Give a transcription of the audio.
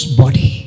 body